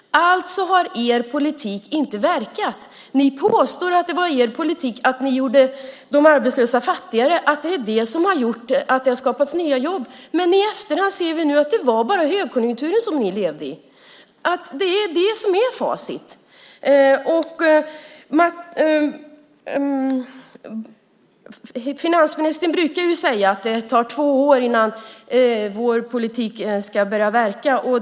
Alltså har er politik inte verkat. Ni påstår att det var er politik för att göra de arbetslösa fattigare som skapade nya jobb. Men i efterhand ser vi att det bara var högkonjunkturen som ni levde i. Det är facit. Finansministern brukar säga att det tar två år innan politiken börjar verka.